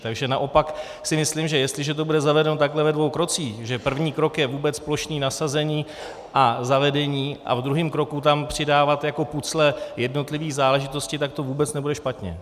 Takže naopak si myslím, že jestliže to bude zavedeno takhle ve dvou krocích, že první krok je vůbec plošné nasazení a zavedení a v druhém kroku tam přidávat jako puzzle jednotlivé záležitosti, tak to vůbec nebude špatně.